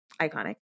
iconic